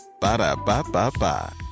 Ba-da-ba-ba-ba